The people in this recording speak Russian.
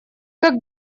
как